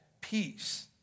peace